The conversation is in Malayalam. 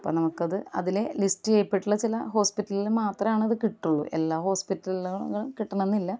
അപ്പ നമുക്ക് അത് അതിൽ ലിസ്റ്റ് ചെയ്യപ്പെട്ടിട്ടുള്ള ചില ഹോസ്പിറ്റലിൽ മാത്രമാണ് അത് കിട്ടുകയുള്ളൂ എല്ലാ ഹോസ്പിറ്റലുകളിലും കിട്ടണം എന്നില്ല